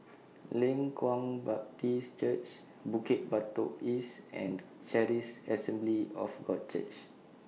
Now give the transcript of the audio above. Leng Kwang Baptist Church Bukit Batok East and Charis Assembly of God Church